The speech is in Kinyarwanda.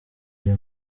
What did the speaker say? ayo